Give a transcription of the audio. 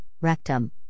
rectum